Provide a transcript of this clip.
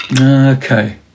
Okay